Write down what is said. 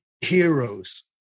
heroes